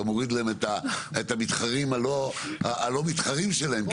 מוריד להם את המתחרים הלא מתחרים שלהם,